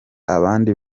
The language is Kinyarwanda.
abandi